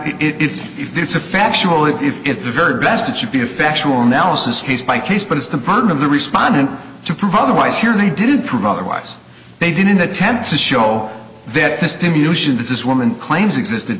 and it's if it's a factual it if it's the very best it should be a factual analysis case by case but it's the burden of the respondent to prove otherwise here they didn't prove otherwise they didn't attempt to show that the stimulation that this woman claims existe